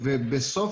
מקורות.